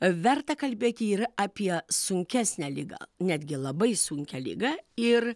verta kalbėti ir apie sunkesnę ligą netgi labai sunkią ligą ir